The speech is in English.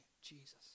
Jesus